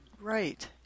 Right